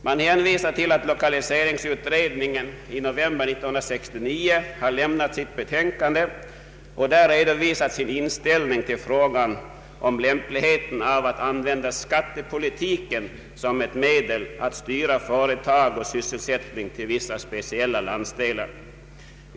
Man hänvisar till att lokaliseringsutredningen i november 1969 har lämnat sitt betänkande och där redovisat sin inställning till frågan om lämpligheten av att använda skattepolitiken som ett medel att styra företag och sysselsättning till vissa speciella landsdelar.